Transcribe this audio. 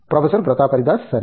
professor Pratap Haridas సరే